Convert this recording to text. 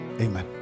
Amen